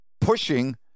pushing